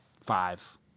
Five